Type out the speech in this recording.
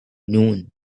noon